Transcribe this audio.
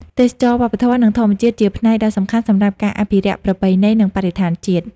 ទេសចរណ៍វប្បធម៌ និងធម្មជាតិជាផ្នែកដ៏សំខាន់សម្រាប់ការអភិរក្សប្រពៃណី និងបរិស្ថានជាតិ។